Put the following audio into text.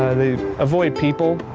they avoid people